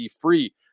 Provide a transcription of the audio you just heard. free